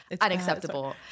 unacceptable